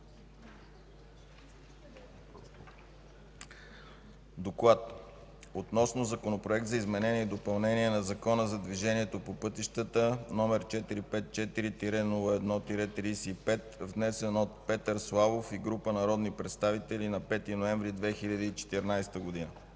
„ДОКЛАД относно Законопроект за изменение и допълнение на Закона за движението по пътищата, № 454-01-62, внесен от Иван Вълков и група народни представители на 11 декември 2014 г.